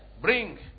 bring